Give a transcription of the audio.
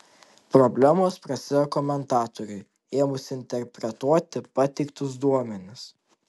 problemos prasideda komentatoriui ėmus interpretuoti pateiktus duomenis